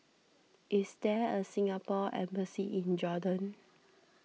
is there a Singapore Embassy in Jordan